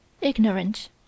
ignorant